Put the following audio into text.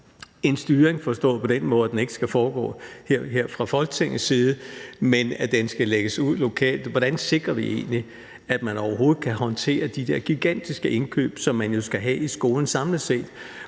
en styring forstået på den måde, at den ikke skal foregå her fra Folketingets side, men at den skal lægges ud lokalt. Hvordan sikrer vi egentlig, at man overhovedet kan håndtere de der gigantiske indkøb, som man jo skal have i skolen samlet set?